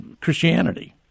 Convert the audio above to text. Christianity